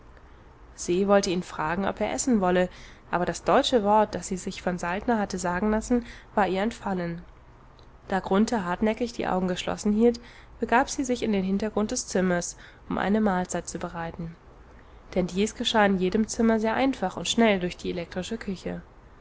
se wollte ihn fragen ob er essen wolle aber das deutsche wort das sie sich von saltner hatte sagen lassen war ihr entfallen da grunthe hartnäckig die augen geschlossen hielt begab sie sich in den hintergrund des zimmers um eine mahlzeit zu bereiten denn dies geschah in jedem zimmer sehr einfach und schnell durch die elektrische küche